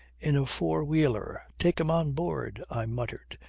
in a four-wheeler! take him on board! i muttered,